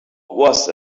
was